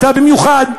אתה במיוחד.